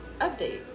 update